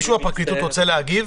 מישהו בפרקליטות רוצה להגיב?